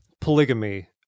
polygamy